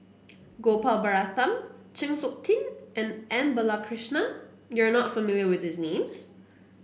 Gopal Baratham Chng Seok Tin and M Balakrishnan you are not familiar with these names